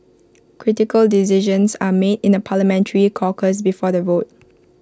critical decisions are made in A parliamentary caucus before the vote